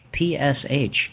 PSH